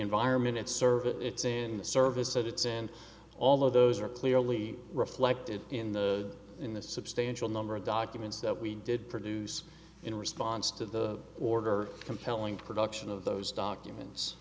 environment it's service it's in the service that it's in all of those are clearly reflected in the in the substantial number of documents that we did produce in response to the order compelling production of those documents